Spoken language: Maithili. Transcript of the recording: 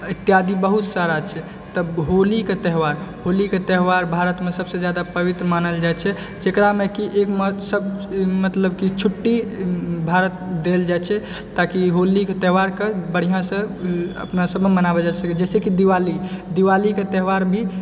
इत्यादि बहुत सारा छै तऽ होली के त्यौहार होली के त्यौहार भारत मे सबसे ज्यादा पवित्र मानल जाइ छै जेकरा मे कि एम्हर मतलब कि छुट्टी भारत देल जाइ छै ताकि होली के त्यौहार के बढिऑं सऽ अपना सबके मनाओल जा सकै जाहिसॅं कि दिवाली दिवाली के त्यौहार भी